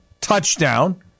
touchdown